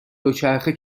دوچرخه